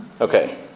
Okay